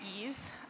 ease